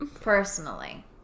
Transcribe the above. personally